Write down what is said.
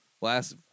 Last